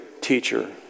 teacher